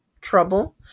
trouble